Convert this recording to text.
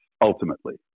ultimately